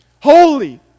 Holy